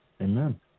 Amen